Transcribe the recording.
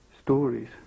stories